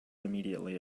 immediately